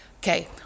Okay